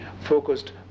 focused